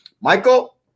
Michael